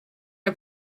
are